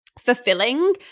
fulfilling